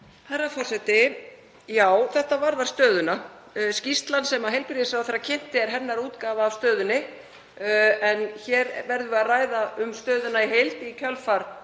Herra forseti. Já, þetta varðar stöðuna. Skýrslan sem heilbrigðisráðherra kynnti er hennar útgáfa af stöðunni en hér verðum við að ræða um stöðuna í heild í kjölfar